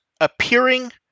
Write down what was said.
appearing